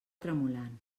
tremolant